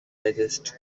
digest